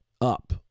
up